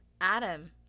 Adam